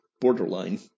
borderline